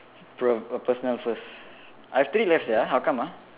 bro a personal first I have three left sia how come ah